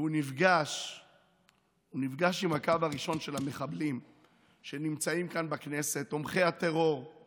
110 מיליון ש"ח לכיסאות ומקורבים ועוד